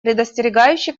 предостерегающе